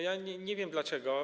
Ja nie wiem, dlaczego.